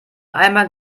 einmal